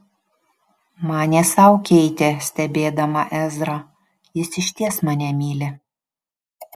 manė sau keitė stebėdama ezrą jis išties mane myli